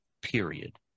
period